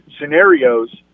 scenarios